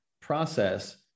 process